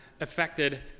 affected